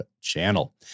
channel